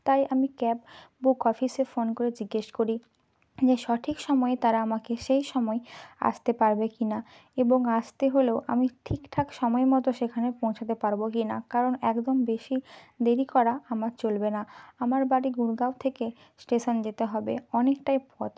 তাই আমি cab book অফিসে ফোন করে জিজ্ঞেস করি সঠিক সময়ে তারা আমাকে সেই সময়ে আসতে পারবে কি না এবং আসতে হলেও আমি ঠিক ঠাক সময় মতো সেখানে পৌঁছাতে পারবো কি না কারণ একদম বেশি দেরি করা আমার চলবে না আমার বাড়ি গুরগাঁও থেকে স্টেশন যেতে হবে অনেকটাই পথ